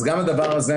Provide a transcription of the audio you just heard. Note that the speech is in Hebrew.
אז גם הדבר הזה,